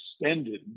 extended